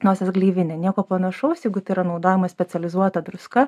nosies gleivinę nieko panašaus jeigu tai yra naudojama specializuota druska